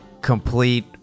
complete